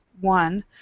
one